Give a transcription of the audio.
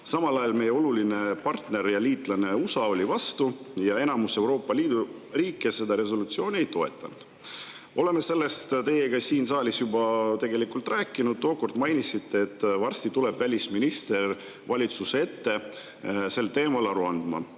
Samal ajal meie oluline partner ja liitlane USA oli vastu ja enamus Euroopa Liidu riike seda resolutsiooni ei toetanud. Oleme sellest teiega siin saalis juba tegelikult rääkinud. Tookord mainisite, et varsti tuleb välisminister valitsuse ette sel teemal aru andma.